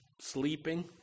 sleeping